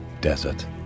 desert